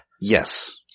Yes